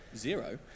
zero